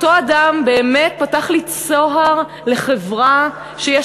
ואותו אדם באמת פתח לי צוהר לחברה שיש